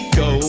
go